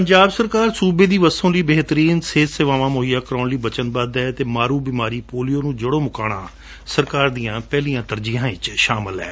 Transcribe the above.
ਪੰਜਾਬ ਸਰਕਾਰ ਦੀ ਵਸੋਂ ਲਈ ਬੇਹਤਰੀਨ ਸਿਹਤ ਸੇਵਾਵਾਂ ਮੁਹੱਈਆ ਕਰਵਾਉਣ ਲਈ ਵਚਨਬੱਧ ਹੈ ਅਤੇ ਮਾਰੂ ਬੀਮਾਰੀ ਪੋਲੀਓ ਨੂੰ ਜੜੋਂ ਮਿਟਾਉਣਾ ਸਰਕਾਰ ਦੀਆਂ ਪਹਿਲੀਆਂ ਤਰਜੀਹਾਂ ਵਿਚ ਸ਼ਾਮਲ ਹੈ